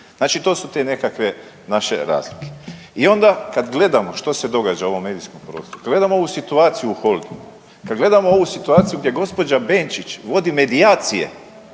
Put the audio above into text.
Znači to su te nekakve naše razlike. I onda kad gledamo što se događa u ovom medijskom prostoru, kad gledamo ovu situaciju u Holdingu, kad gledamo ovu situaciju gdje gospođa Benčić vodi medijacije